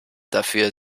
dafür